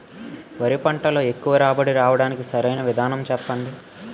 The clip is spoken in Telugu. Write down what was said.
వరి పంటలో ఎక్కువ రాబడి రావటానికి సరైన విధానం చెప్పండి?